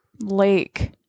lake